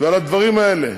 ועל הדברים האלה.